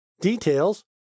Details